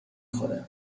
خوره